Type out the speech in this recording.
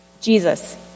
Jesus